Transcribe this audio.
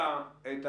כדאי, אומר זאת